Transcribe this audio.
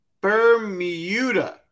bermuda